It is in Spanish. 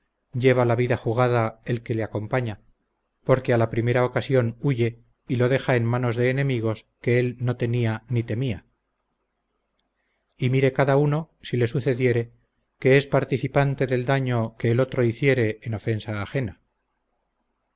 lleva la vida jugada el que le acompaña porque a la primera ocasión huye y lo deja en manos de enemigos que él no tenía ni temía y mire cada uno si le sucediere que es participante del daño que el otro hiciere en ofensa ajena